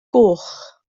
goch